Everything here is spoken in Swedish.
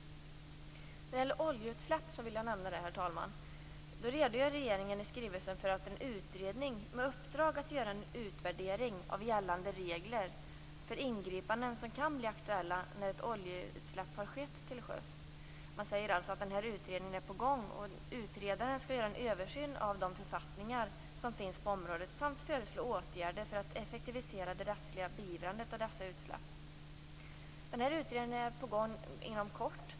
Herr talman! Regeringen redogör i skrivelsen för en utredning med uppdrag att göra en utvärdering av gällande regler för ingripanden som kan bli aktuella när ett oljeutsläpp har skett till sjöss. Man säger att utredningen är på gång, att utredaren skall göra en översyn av de författningar som finns på området samt föreslå åtgärder för att effektivisera det rättsliga beivrandet av dessa utsläpp. Utredningen kommer inom kort.